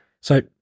So-